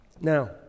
Now